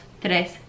tres